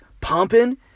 pumping